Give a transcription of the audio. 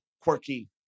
quirky